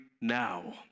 now